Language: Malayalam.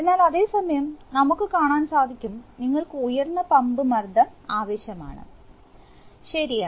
എന്നാൽ അതേ സമയം നമുക്ക് കാണാൻ സാധിക്കും നിങ്ങൾക്കു ഉയർന്ന പമ്പ് മർദ്ദം ആവശ്യമാണ് എന്ന് ശരിയാണ്